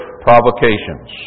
provocations